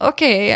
Okay